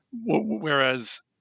whereas